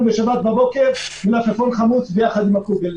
בשבת בבוקר מלפפון חמוץ ביחד עם הקוגל.